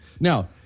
Now